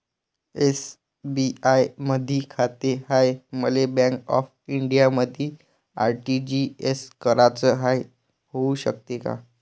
SBI मधी खाते हाय, मले बँक ऑफ इंडियामध्ये आर.टी.जी.एस कराच हाय, होऊ शकते का?